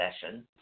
session